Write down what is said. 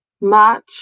March